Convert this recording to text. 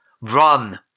Run